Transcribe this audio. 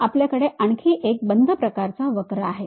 आपल्याकडे आणखी एक बंद प्रकारचा वक्र आहे